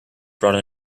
brought